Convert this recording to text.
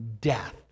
death